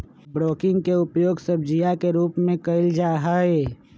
broccoli के उपयोग सब्जीया के रूप में कइल जाहई